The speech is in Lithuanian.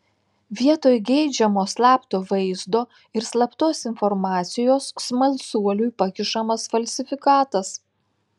vietoj geidžiamo slapto vaizdo ir slaptos informacijos smalsuoliui pakišamas falsifikatas